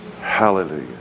Hallelujah